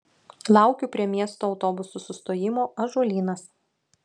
laukiu prie miesto autobusų sustojimo ąžuolynas